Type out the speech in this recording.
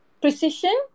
precision